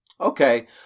Okay